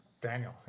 Daniel